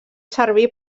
servir